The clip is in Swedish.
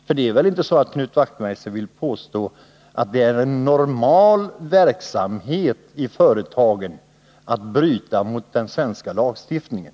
Knut Wachtmeister vill väl ändå inte påstå att det är en normal verksamhet i företagen att bryta mot den svenska lagstiftningen?